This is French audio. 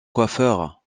coiffeur